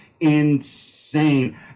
insane